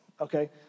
okay